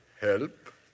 Help